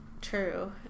True